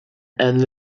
and